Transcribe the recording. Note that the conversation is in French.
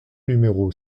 numéro